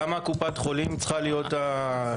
למה קופת חולים צריכה להיות המתווך?